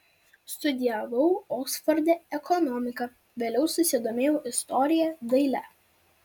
studijavau oksforde ekonomiką vėliau susidomėjau istorija daile